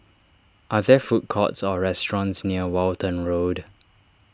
are there food courts or restaurants near Walton Road